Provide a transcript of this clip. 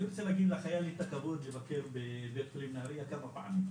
אני רוצה להגיד לך היה לי את הכבוד לבקר בבית חולים נהריה כמה פעמים,